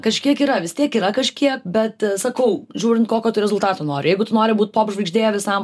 kažkiek yra vis tiek yra kažkiek bet sakau žiūrint kokio tu rezultato nori jeigu tu nori būt popžvaigždė visam